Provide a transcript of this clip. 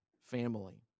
family